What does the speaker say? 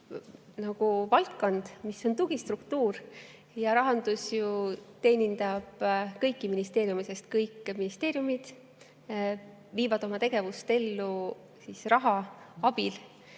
valdkond, mis on tugistruktuur. Rahandus ju teenindab kõiki ministeeriume, sest kõik ministeeriumid viivad oma tegevust ellu raha abil.